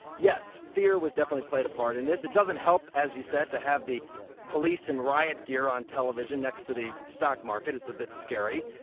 yes, fear definitely played a part in this. it doesn't help, as you said, to have the police in riot gear on television next to the stock market. it's a bit scary.